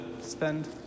spend